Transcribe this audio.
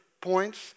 points